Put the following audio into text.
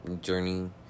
Journey